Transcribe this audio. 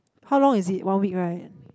how long is it one week right